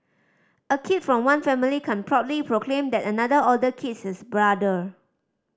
a kid from one family can proudly proclaim that another older kid is his brother